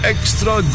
Extra